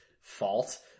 fault